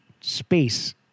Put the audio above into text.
space